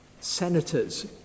senators